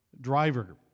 driver